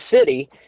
city